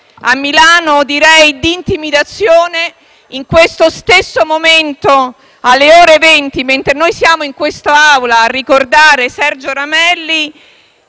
a Milano e direi di intimidazione. In questo stesso momento, alle ore 20, mentre siamo in Aula a ricordare Sergio Ramelli,